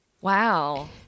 Wow